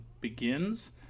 begins